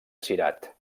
cirat